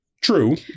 true